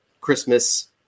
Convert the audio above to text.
Christmas